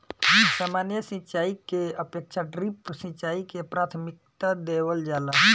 सामान्य सिंचाई के अपेक्षा ड्रिप सिंचाई के प्राथमिकता देवल जाला